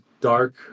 dark